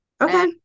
Okay